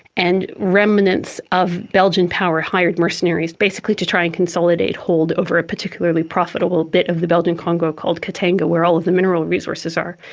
and remnants of belgian power hired mercenaries, basically to try and consolidate hold over a particularly profitable bit of the belgian congo called katanga where all of the mineral resources are,